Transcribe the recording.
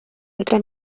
altra